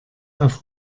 auf